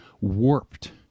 warped